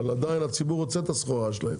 אבל הציבור עדיין רוצה את הסחורה שלהם,